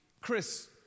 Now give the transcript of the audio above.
Chris